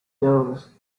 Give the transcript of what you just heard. those